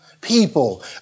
people